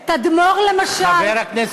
תדמור, למשל, עתיקות ותרבויות,